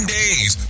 days